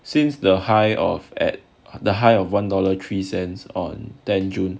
since the high off at the height of one dollar three cents on ten june